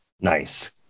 nice